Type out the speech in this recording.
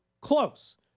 close